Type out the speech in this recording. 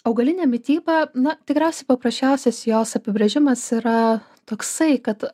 augalinė mityba na tikriausiai paprasčiausias jos apibrėžimas yra toksai kad